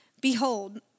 Behold